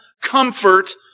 comfort